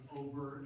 over